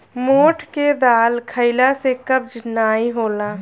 मोठ के दाल खईला से कब्ज नाइ होला